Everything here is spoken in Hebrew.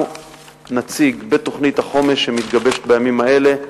נציג בתוכנית החומש שמתגבשת בימים האלה,